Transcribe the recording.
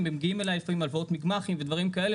הם מגיעים אלי לפעמים עם הלוואות מגמ"חים ודברים כאלה